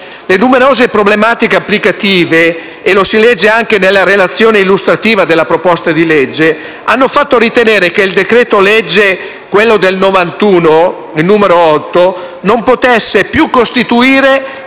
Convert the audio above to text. Le numerose problematiche applicative, come si legge anche nella relazione illustrativa della proposta di legge, hanno fatto ritenere che il decreto-legge n. 8 del 1991 non potesse più costituire